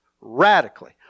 Radically